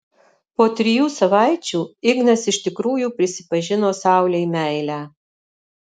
po trijų savaičių ignas iš tikrųjų prisipažino saulei meilę